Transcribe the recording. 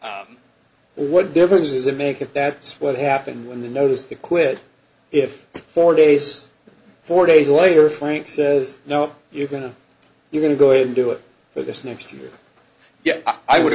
so what difference does it make if that's what happened when the notice the quit if four days four days later frank says no you're going to you're going to go ahead and do it but this next year yeah i w